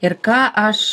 ir ką aš